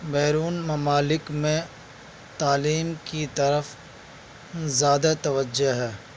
بیرون ممالک میں تعلیم کی طرف زیادہ توجہ ہے